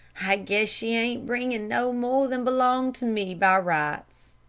i guess she ain't bringing no more than belong to me by rights.